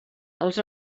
els